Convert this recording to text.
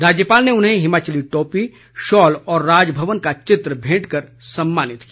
राज्यपाल ने उन्हें हिमाचली टॉपी शॉल व राजभवन का चित्र भेंट कर सम्मानित किया